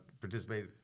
participate